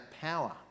power